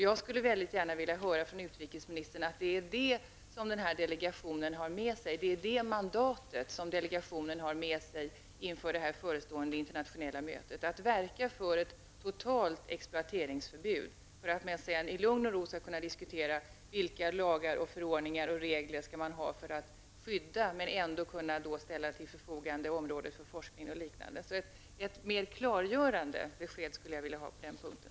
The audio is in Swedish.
Jag skulle mycket gärna vilja höra från utrikesministern att det är det mandatet som delegationen har med sig inför det förestående internationella mötet, dvs. att verka för ett totalt exploateringsförbud. På så sätt kan man sedan i lugn och ro diskutera vilka lagar, förordningar och regler som skall finnas så att området skyddas men ändå kan ställas till förfogande för forskning och liknande. Jag skulle alltså vilja ha ett mer klargörande besked på den punkten.